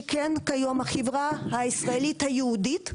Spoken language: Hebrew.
שכן כיום החברה הישראלית היהודית,